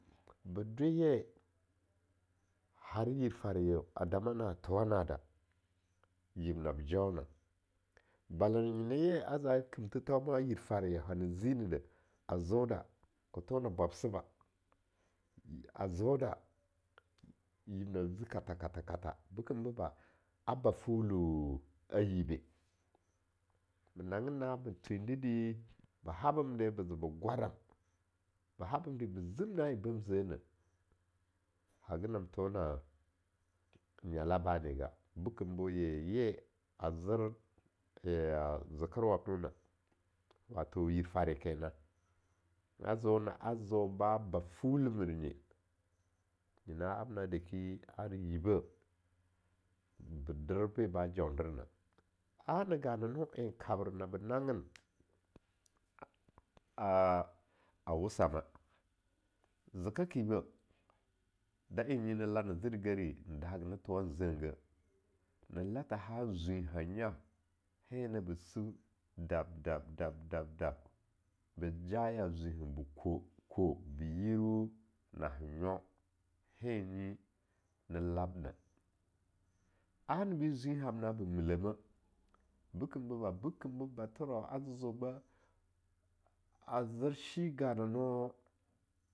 Be dwe ye har yir faryeda yib nab jams, ba'a nyena a ze a kim thithanna a yir farya hana zinide zoda, a zo da ka thowana bwabsiba a zo da yib nab zi katha-katha, be kem boba, a ba fuli a yibe, ma nangin na'a ma thwindidi ba habende be ze be gwaram, ba babin de bi zim na en bam zene, hagi nam tho na nyala bane ya bikem be ye-ye a zer yaya zekerwam nona wato yir farye kenan, azo na a zo ba ba fuli mernye, ney amna a deki ar yibeh be der en ba jaunder na, ana ganano en kabre nabe nangin a wosama, zeka kibe na en nyi na larna zirigari na dahage na thowan en zengeh na latha han zwinhah nya, hen na bi sib dab-dab-dab-dab bajaya zwinhen kwau-kwou bi yiriu nahanya, hen nyi na labna anibi zwinhamna be milehmeh bekimbi ba, bekimbo batherau a zeoba a zershi ganano'on.